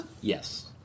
yes